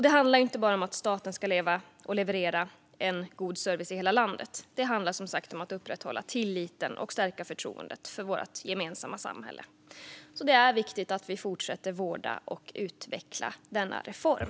Det handlar inte bara om att staten ska leverera god service i hela landet utan också om att upprätthålla tilliten till och stärka förtroendet för vårt gemensamma samhälle. Det är alltså viktigt att vi fortsätter vårda och utveckla denna reform.